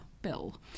Bill